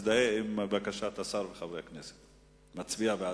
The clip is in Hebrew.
הנושא לוועדת הפנים והגנת הסביבה נתקבל.